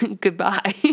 Goodbye